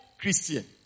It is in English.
Christian